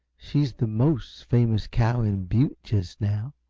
she's the most famous cow in butte, just now.